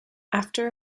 after